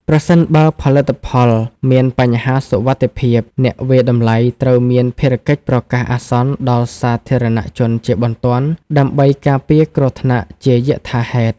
ប្រសិនបើផលិតផលមានបញ្ហាសុវត្ថិភាព អ្នកវាយតម្លៃត្រូវមានភារកិច្ចប្រកាសអាសន្នដល់សាធារណជនជាបន្ទាន់ ដើម្បីការពារគ្រោះថ្នាក់ជាយថាហេតុ។